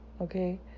Okay